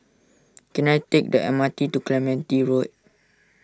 can I take the M R T to Clementi Road